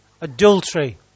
Adultery